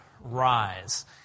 rise